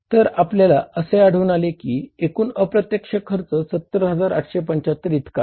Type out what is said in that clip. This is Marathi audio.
तर आपल्याला असे आढळून आले कि एकूण अप्रत्यक्ष खर्च 70875 इतका आहे